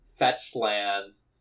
Fetchlands